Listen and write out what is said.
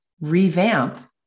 revamp